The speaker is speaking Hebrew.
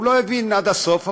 הוא לא הבין עד הסוף,